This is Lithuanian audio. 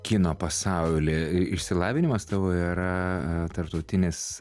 kino pasaulį išsilavinimas tavo yra tarptautinis